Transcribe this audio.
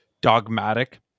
dogmatic